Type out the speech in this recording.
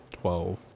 twelve